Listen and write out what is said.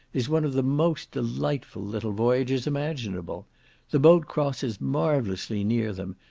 is one of the most delightful little voyages imaginable the boat crosses marvellously near them,